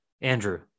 Andrew